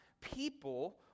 people